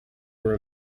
were